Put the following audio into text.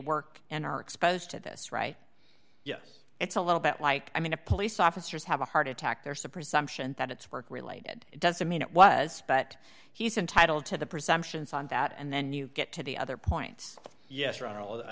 work and are exposed to this right yes it's a little bit like i mean a police officers have a heart attack there's a presumption that it's work related doesn't mean it was but he's entitled to the presumptions on that and then you get to the other points yes